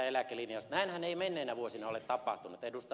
näinhän ei menneinä vuosina ole tapahtunut ed